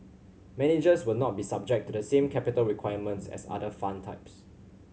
managers will not be subject to the same capital requirements as other fund types